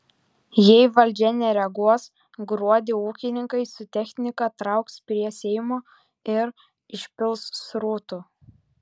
jei valdžia nereaguos gruodį ūkininkai su technika trauks prie seimo ir išpils srutų